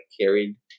carried